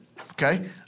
okay